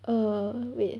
err wait